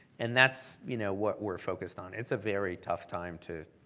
and that's you know what we're focused on. it's a very tough time to